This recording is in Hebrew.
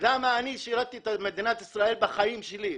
למה אני ששירתי את מדינת ישראל בחיים שלי,